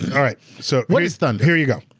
all right, so. what is thunder? here you go.